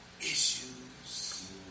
issues